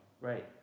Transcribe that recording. Right